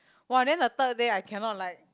!wah! then the third day I cannot like